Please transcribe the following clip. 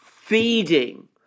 feeding